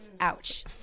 Ouch